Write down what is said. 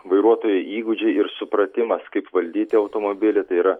vairuotojo įgūdžiai ir supratimas kaip valdyti automobilį tai yra